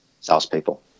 salespeople